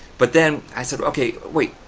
but then i said, okay wait,